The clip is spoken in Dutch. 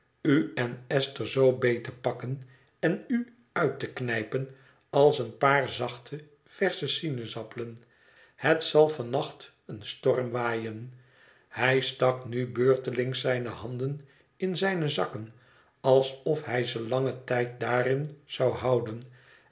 u en esther zoo beet te pakken en u uit te knijpen als een paar zachte versche sinaasappelen het zal van nacht een storm waaien hij stak nu beurtelings zijne handen in zijne zakken alsof hij ze langen tijd daarin zou houden